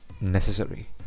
necessary